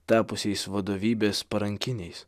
tapusiais vadovybės parankiniais